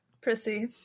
Prissy